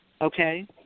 okay